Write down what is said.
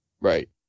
Right